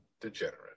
degenerate